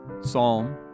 Psalm